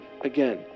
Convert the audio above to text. again